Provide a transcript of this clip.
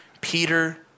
Peter